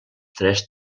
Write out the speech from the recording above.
tres